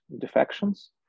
defections